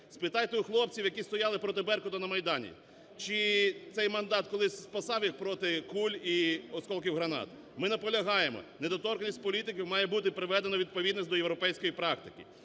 Спитайте у хлопців, які стояли проти "Беркута" на Майдані, чи цей мандат колись спасав їх проти куль і осколків гранат? Ми наполягаємо, недоторканність політиків має бути проведено у відповідність до європейської практики,